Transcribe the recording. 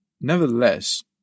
Nevertheless